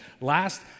Last